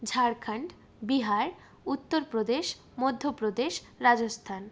Jharkhand Bihar Uttar Pradesh Madhya Pradesh Rajasthan